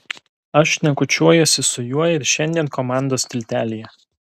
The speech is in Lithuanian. aš šnekučiuojuosi su juo ir šiandien komandos tiltelyje